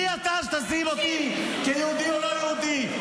מי אתה, אותי כיהודי או לא יהודי?